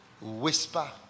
Whisper